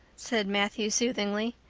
said matthew soothingly.